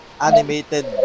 animated